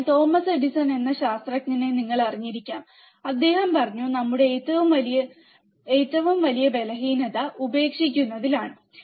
അതിനാൽ Thomas Edison എന്ന ശാസ്ത്രജ്ഞനെ നിങ്ങൾ അറിഞ്ഞിരിക്കാം അദ്ദേഹം പറഞ്ഞു നമ്മുടെ ഏറ്റവും വലിയ ഉപേക്ഷിക്കുന്നതിൽ ബലഹീനതയുണ്ട്